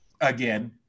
again